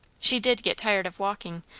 she did get tired of walking,